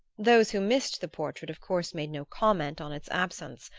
those who missed the portrait of course made no comment on its absence,